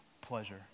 pleasure